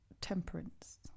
Temperance